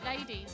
ladies